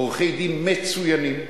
עורכי-דין מצוינים,